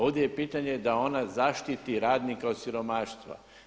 Ovdje je pitanje da ona zaštiti radnika od siromaštva.